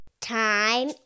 Time